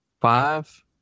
five